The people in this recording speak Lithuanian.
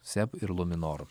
seb ir luminor